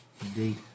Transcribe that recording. Indeed